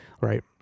Right